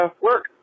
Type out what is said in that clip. work